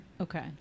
Okay